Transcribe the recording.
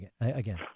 again